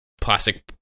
plastic